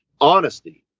honesty